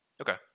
Okay